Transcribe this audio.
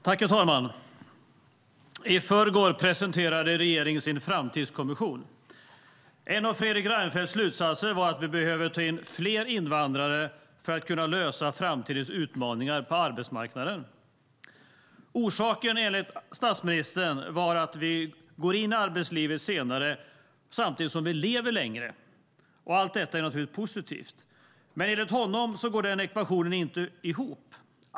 Herr talman! I förrgår presenterade regeringen sin framtidskommission. En av Fredrik Reinfeldts slutsatser var att vi behöver ta in fler invandrare för att kunna lösa framtidens utmaningar på arbetsmarknaden. Orsaken var enligt statsministern att vi går in i arbetslivet senare samtidigt som vi lever längre. Allt detta är naturligtvis positivt. Men enligt honom går ekvationen inte ihop.